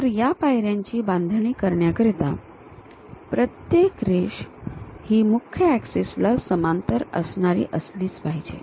तर पायऱ्यांची बांधणी करण्याकरिता प्रत्येक रेष ही मुख्य ऍक्सिस ला समांतर असणारी असलीच पाहिजे